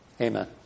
amen